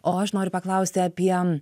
o aš noriu paklausti apie